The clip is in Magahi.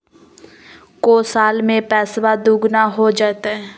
को साल में पैसबा दुगना हो जयते?